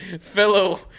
fellow